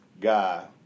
guy